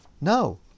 No